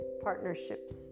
partnerships